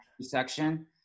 section